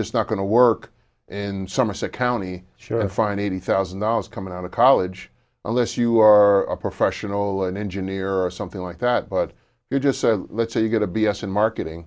just not going to work in somerset county find eighty thousand dollars coming out of college unless you are a professional an engineer or something like that but you just said let's say you get a b s in marketing